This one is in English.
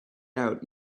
out